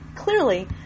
Clearly